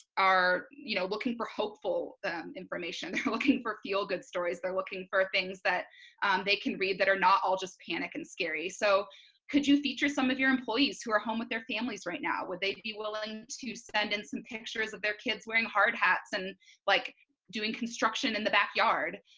are you know looking for hopeful information, they're looking for feel-good stories, they're looking for things that they can read that are not all just panic and scary, so could you feature some of your employees who are home with their families right now. would they be willing to send in some pictures of their kids wearing hardhats and like doing construction in the backyard?